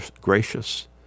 gracious